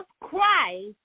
Christ